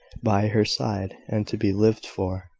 by her side, and to be lived for.